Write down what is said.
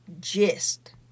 gist